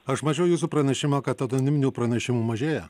aš mačiau jūsų pranešimą kad anoniminių pranešimų mažėja